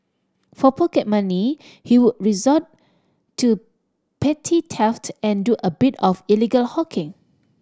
for pocket money he would resort to petty theft and do a bit of illegal hawking